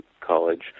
college